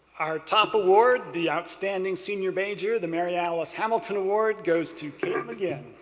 our top award, the outstanding senior major, the mary alice hamilton award, goes to katherine mcginn.